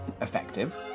effective